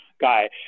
guy